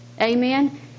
Amen